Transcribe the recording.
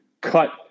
cut